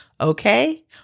Okay